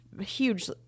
huge